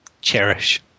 cherish